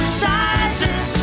sizes